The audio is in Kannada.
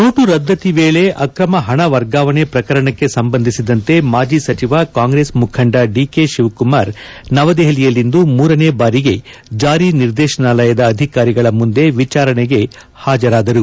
ನೋಟು ರದ್ದತಿ ವೇಳೆ ಆಕ್ರಮ ಪಣ ವರ್ಗಾವಣೆ ಪ್ರಕರಣಕ್ಕೆ ಸಂಬಂಧಿಸಿದಂತೆ ಮಾಜಿ ಸಚಿವ ಕಾಂಗ್ರೆಸ್ ಮುಖಂಡ ಡಿಕೆ ಶಿವಕುಮಾರ್ ನವದೆಹಲಿಯಲ್ಲಿಂದು ಮೂರನೇ ಬಾರಿಗೆ ಜಾರಿ ನಿರ್ದೇಶನಾಲಯದ ಅಧಿಕಾರಿಗಳ ಮುಂದೆ ವಿಚಾರಣೆಗೆ ಹಾಜರಾದರು